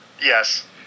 Yes